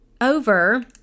over